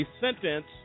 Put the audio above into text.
sentence